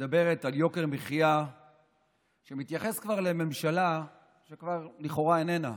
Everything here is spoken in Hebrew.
שמדברת על יוקר המחיה שמתייחסת לממשלה שכבר לכאורה איננה.